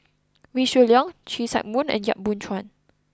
Wee Shoo Leong See Chak Mun and Yap Boon Chuan